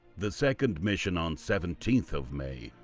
the second mission on seventeenth of may,